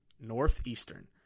Northeastern